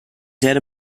set